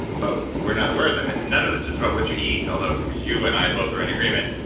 but we're not aware of them. and none of this is about what you eat, although you and i both are in agreement,